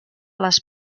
les